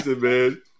man